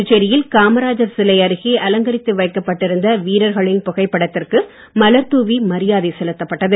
புதுச்சேரியில் காமராஜர் சிலை அருகே அலங்கரித்து வைக்கப்பட்டிருந்த வீரர்களின் புகைப்படத்திற்கு மலர் தூவி மரியாதை செலுத்தப்பட்டது